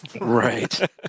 Right